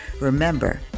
remember